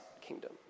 kingdom